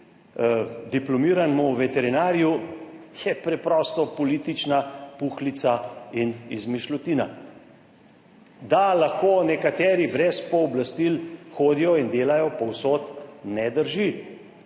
diplomiranemu veterinarju, je preprosto politična puhlica in izmišljotina. Da lahko nekateri brez pooblastil hodijo in delajo povsod, ne drži.